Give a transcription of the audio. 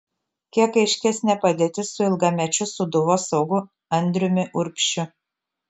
kiek aiškesnė padėtis su ilgamečiu sūduvos saugu andriumi urbšiu